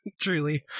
truly